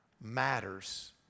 matters